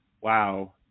wow